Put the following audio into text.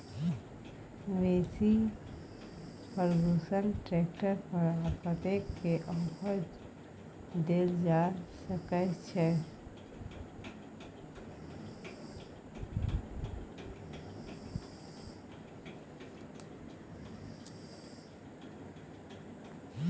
Massey Ferguson tractor पर कतेक के ऑफर देल जा सकै छै?